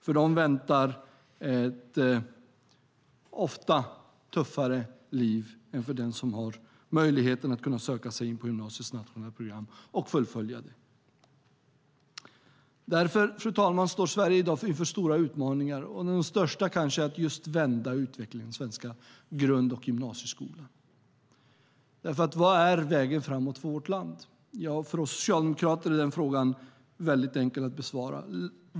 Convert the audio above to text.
För dem väntar ofta ett tuffare liv än för dem som har möjlighet att söka till gymnasiets nationella program och fullfölja det. Fru talman! Sverige står därför i dag inför stora utmaningar, och den största är kanske att vända utvecklingen i den svenska grund och gymnasieskolan. Vad är vägen framåt för vårt land? För oss socialdemokrater är den frågan mycket enkel att besvara.